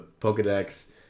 Pokedex